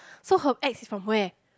so her ex is from where